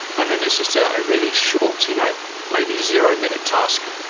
and then it's just a really short, you know maybe zero-minute task,